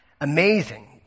Amazing